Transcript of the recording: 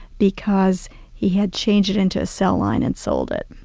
because he had changed it into a cell line and sold it.